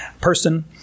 person